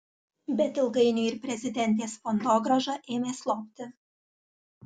bet ilgainiui ir prezidentės fondogrąža ėmė slopti